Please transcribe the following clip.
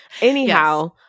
Anyhow